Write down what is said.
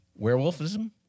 werewolfism